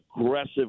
aggressive